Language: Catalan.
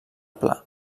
pla